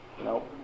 No